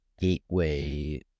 gateway